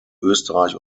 österreich